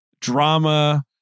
drama